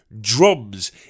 drums